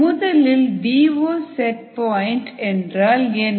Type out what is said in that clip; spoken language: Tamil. முதலில் டி ஓ செட் பாயிண்ட் என்றால் என்ன